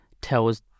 tells